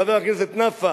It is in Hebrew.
חבר הכנסת נפאע,